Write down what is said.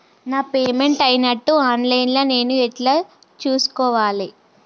నా పేమెంట్ అయినట్టు online లా నేను ఎట్ల చూస్కోవాలే?